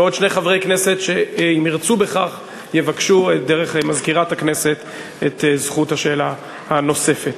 עוד שני חברי שירצו בכך יבקשו דרך מזכירת הכנסת את זכות השאלה הנוספת.